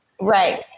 Right